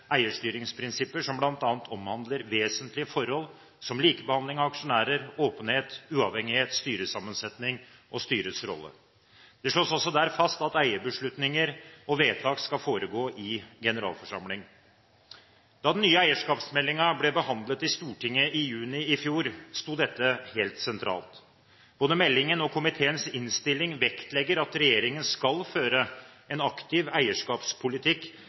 eierstyringsprinsipper, som bl.a. omhandler vesentlige forhold som likebehandling av aksjonærer, åpenhet, uavhengighet, styresammensetning og styrets rolle. Det slås også der fast at eierbeslutninger og vedtak skal foregå i generalforsamling. Da den nye eierskapsmeldingen ble behandlet i Stortinget i juni i fjor, sto dette helt sentralt. Både meldingen og komiteens innstilling vektlegger at regjeringen skal føre en aktiv eierskapspolitikk,